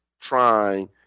trying